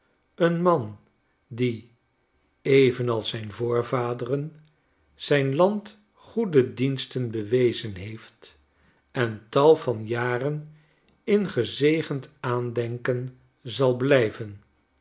een man die evenals zijn voorvaderen zijn land goede diensten bewezen heeft en tal van jaren in gezegend aandenken zal blijven